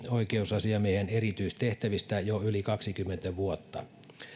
oikeusasiamiehen erityistehtävistä jo yli kaksikymmentä vuotta